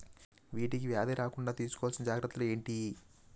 వీటికి వ్యాధి రాకుండా తీసుకోవాల్సిన జాగ్రత్తలు ఏంటియి?